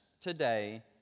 today